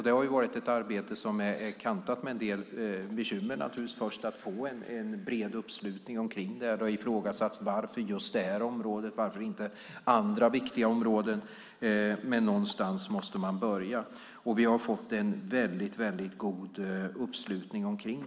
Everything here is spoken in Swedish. Det har varit ett arbete som har varit kantat med en del bekymmer. Först var det fråga om att få en bred uppslutning. Det har ifrågasatts varför just det här området och varför inte andra viktiga områden. Men någonstans måste man börja. Vi har fått en god uppslutning.